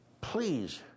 please